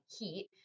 heat